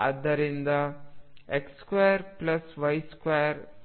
ಆದ್ದರಿಂದX2Y2